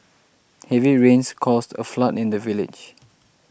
heavy rains caused a flood in the village